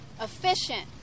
efficient